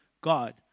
God